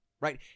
right